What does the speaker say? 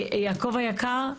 יעקב היקר,